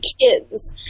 kids